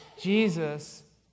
Jesus